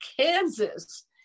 Kansas